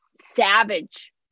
savage